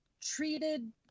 treated